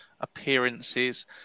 appearances